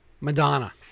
Madonna